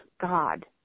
God